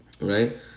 Right